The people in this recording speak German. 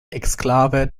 exklave